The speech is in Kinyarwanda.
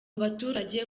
abaturage